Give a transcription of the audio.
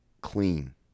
clean